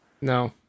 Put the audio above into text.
No